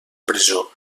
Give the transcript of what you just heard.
presó